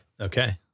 Okay